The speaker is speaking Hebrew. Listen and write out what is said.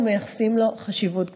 ואנו מייחסים לו חשיבות גדולה.